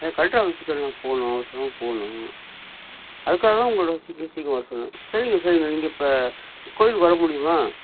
நான் கலெக்ட்ரு ஆஃபீஸுக்கு கொஞ்சம் போகணும் அவசரமா போகணும் அதுக்காகதான் உங்களை சீக்க சீக்கிரம் வர சொன்னேன் சரிங்க சரிங்க நீங்க இப்போ கோயிலுக்கு வர முடியுமா